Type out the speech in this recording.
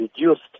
reduced